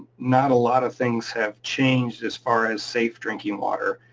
not a lot of things have changed as far as safe drinking water.